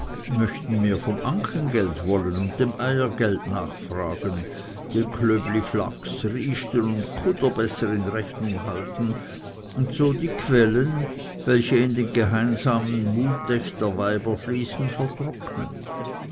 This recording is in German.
möchten mehr vom ankengeld wollen und dem eiergeld nachfragen die klöbli strange flachs ryste und kuder besser in rechnung halten und so die quellen welche in den geheimen muttech der weiber fließen vertrocknen